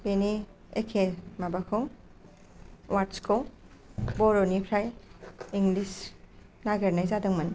बेनि एखे माबाखौ अवार्दसखौ बर'निफ्राय इंलिस नागिरनाय जादोंमोन